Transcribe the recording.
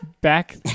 back